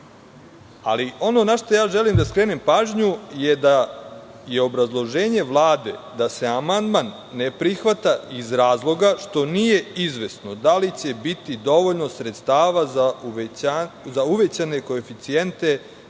odbora. Ono na šta želim da skrenem pažnju je da je obrazloženje Vlade da se amandman ne prihvata iz razloga što nije izvesno da li će biti dovoljno sredstava za uvećane koeficijente